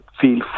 feel